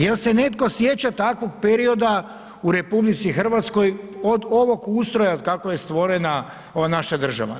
Jel se netko sjeća takvog perioda u RH od ovog ustroja od kako je stvorena ova naša država?